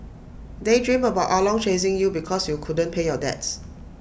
daydream about ah long chasing you because you couldn't pay your debts